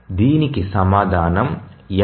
దీనికి సమాధానం LCM